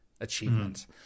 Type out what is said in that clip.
achievement